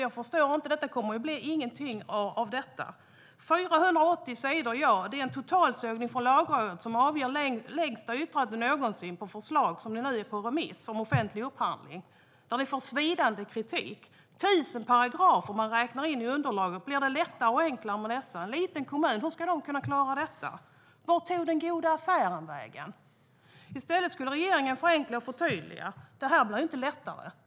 Det längsta yttrandet från Lagrådet någonsin på 480 sidor innebär en totalsågning av förslaget om offentlig upphandling som nu är på remiss. Förslaget får svidande kritik. Det föreslås tusen paragrafer. Blir det lättare och enklare med dessa bestämmelser? Hur ska en liten kommun klara av detta? Vart tog den goda affären vägen? I stället skulle regeringen förenkla och förtydliga, men det här gör det ju inte lättare.